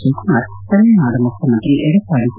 ಶಿವಕುಮಾರ್ ತಮಿಳುನಾಡು ಮುಖ್ಯಮಂತ್ರಿ ಯಡಪ್ಪಾಡಿ ಕೆ